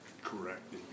Correct